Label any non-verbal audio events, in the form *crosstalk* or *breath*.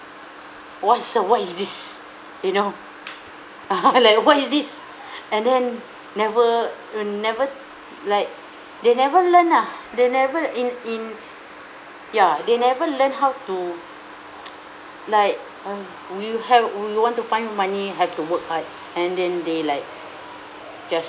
what's uh what is this you know *laughs* like what is this *breath* and then never uh never like they never learn ah they never in in *breath* ya they never learn how to *noise* like oh we have we want to find money have to work hard and then they like just